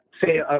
say